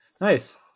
Nice